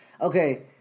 okay